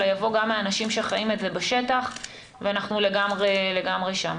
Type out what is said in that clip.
אלא יבוא גם מהאנשים שחיים את זה בשטח ואנחנו לגמרי שם.